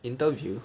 interview